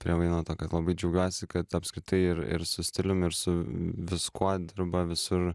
prie vainoto kad labai džiaugiuosi kad apskritai ir ir su stilium ir su viskuo dirba visur